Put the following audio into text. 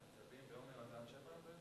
אתה חוזר לארץ-ישראל,